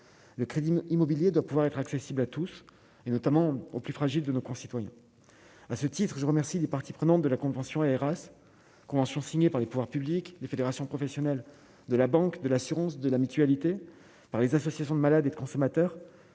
le Crédit Immobilier de pouvoir être accessible à tous et notamment aux plus fragiles de nos concitoyens, à ce titre, je remercie les parties prenantes de la convention Heras convention signée par les pouvoirs publics, les fédérations professionnelles de la banque de l'assurance de la Mutualité, par les associations de malades et de consommateurs,